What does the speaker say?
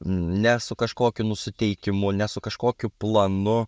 ne su kažkokiu nusiteikimu ne su kažkokiu planu